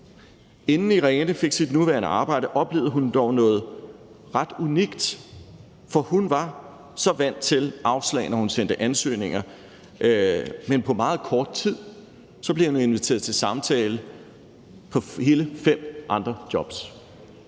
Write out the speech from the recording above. Inden Irene fik sit nuværende arbejde, oplevede hun dog noget ret unikt, for hun var så vant til at få afslag, når hun sendte ansøgninger, men på meget kort tid blev hun inviteret til samtale til hele fem andre jobs.